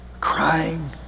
crying